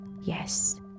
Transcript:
Yes